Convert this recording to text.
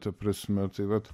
ta prasme tai vat